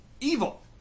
Evil